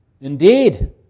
Indeed